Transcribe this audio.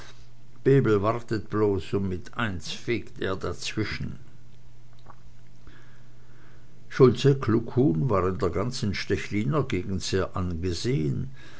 bebel wartet bloß und mit eins fegt er dazwischen schulze kluckhuhn war in der ganzen stechliner gegend sehr angesehen